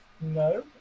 No